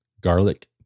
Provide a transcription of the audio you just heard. garlic